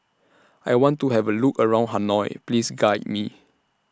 I want to Have A Look around Hanoi Please Guide Me